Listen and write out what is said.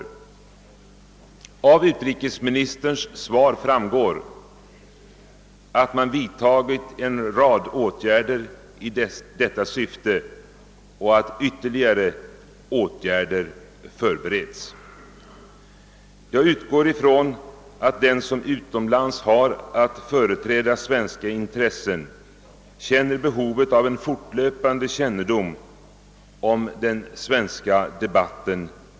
Det framgår av utrikesministerns svar att man vidtagit en rad åtgärder i syfte att tillmötesgå dessa krav och att ytterligare åtgärder förbereds. Jag utgår från att den som utomlands har att företräda svenska intressen känner ett mycket starkt behov av fortlöpande informationer om den svenska debatten.